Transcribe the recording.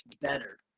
better